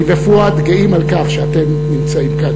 אני ופואד גאים על כך שאתם נמצאים כאן.